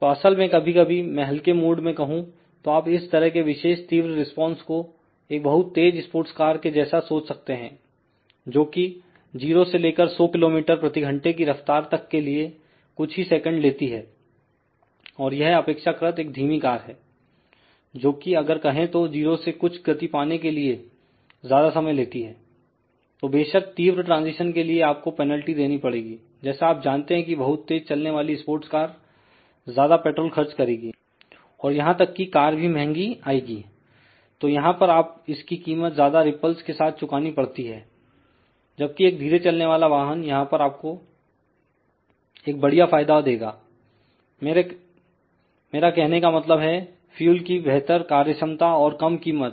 तो असल में कभी कभी मैं हल्के मूड में कहूं तो आप इस तरह के विशेष तीव्र रिस्पांस को एक बहुत तेज स्पोर्ट्स कार के जैसा सोच सकते हैं जो कि जीरो से लेकर 100 किलोमीटर प्रति घंटे की रफ्तार तक के लिए कुछ ही सेकंड लेती है और यह अपेक्षाकृत एक धीमी कार है जोकि अगर कहें तो 0 से कुछ गति पाने के लिए ज्यादा समय लेती हैतो बेशक तीव्र ट्रांजिशन के लिए आपको पेनल्टी देनी पड़ेगीजैसा आप जानते हैं की बहुत तेज चलने बाली स्पोर्ट्स कार ज्यादा पेट्रोल खर्च करेगी और यहां तक की कार भी महंगी आएगी तो यहां पर आपको इसकी कीमत ज्यादा रिपल्स के साथ चुकानी पड़ती है जबकि एक धीरे चलने वाला वाहन यहां पर आपको एक बढ़िया फायदा देगा मेरा कहने का मतलब है फ्यूल की बेहतर कार्य क्षमता और कम कीमत